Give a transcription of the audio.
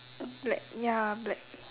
black ya black